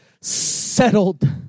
settled